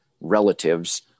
relatives